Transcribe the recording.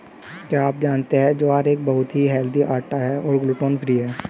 क्या आप जानते है ज्वार एक बहुत ही हेल्दी आटा है और ग्लूटन फ्री है?